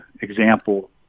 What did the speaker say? example